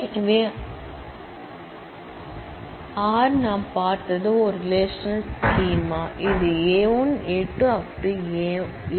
எனவே ஆர் நாம் பார்த்தது ஒரு ரெலேஷனல் ஸ்கீமா இது A 1 A 2